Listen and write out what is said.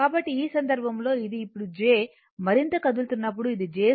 కాబట్టి ఈ సందర్భంలో ఇది ఇప్పుడు j మరింత కదులుతున్నప్పుడు అది j 2 j 2 1 కి